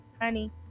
honey